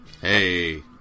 Hey